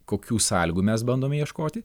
kokių sąlygų mes bandome ieškoti